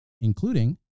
including